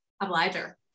Obliger